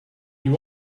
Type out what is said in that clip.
you